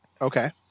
Okay